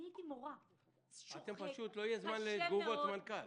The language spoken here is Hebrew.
קשה מאד.